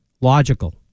logical